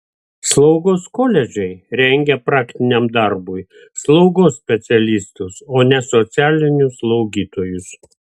slaugos koledžai rengia praktiniam darbui slaugos specialistus o ne socialinius slaugytojus